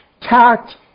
tact